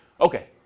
Okay